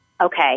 Okay